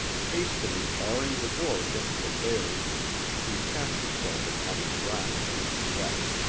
hastily barring the door against the bears he cast himself upon the ground and wept.